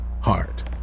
heart